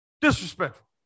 Disrespectful